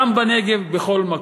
גם בנגב ובכל מקום.